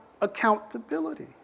accountability